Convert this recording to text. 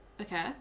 Okay